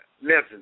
listen